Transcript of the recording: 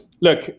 look